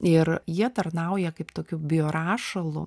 ir jie tarnauja kaip tokiu biorašalu